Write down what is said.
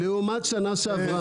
--- לעומת שנה שעברה.